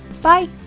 bye